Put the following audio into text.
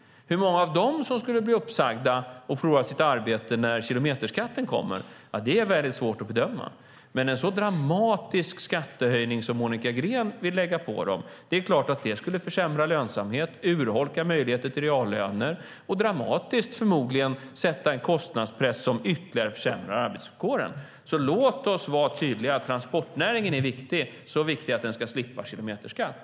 Hur många av dem som skulle bli uppsagda och förlora sitt arbete när kilometerskatten kommer är väldigt svårt att bedöma, men det är klart att en så dramatisk skattehöjning som Monica Green vill lägga på dem skulle försämra lönsamheten, urholka möjligheter till reallöner och förmodligen dramatiskt sätta en kostnadspress som ytterligare försämrar arbetsvillkoren. Låt oss alltså vara tydliga: Transportnäringen är viktig - så viktig att den ska slippa kilometerskatt.